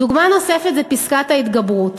דוגמה נוספת היא פסקת ההתגברות,